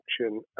action